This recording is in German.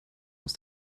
aus